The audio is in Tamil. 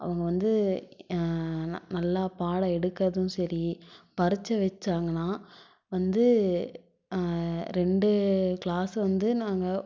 அவங்க வந்து நல்லா பாடம் எடுக்கிறதும் சரி பரிட்சை வைச்சாங்கன்னா வந்து ரெண்டு க்ளாஸ்சு வந்து நாங்கள்